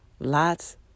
Lots